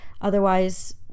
otherwise